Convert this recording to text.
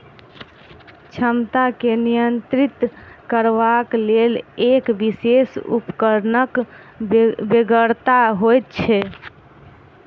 क्षमता के नियंत्रित करबाक लेल एक विशेष उपकरणक बेगरता होइत छै